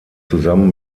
zusammen